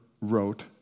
wrote